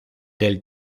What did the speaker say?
del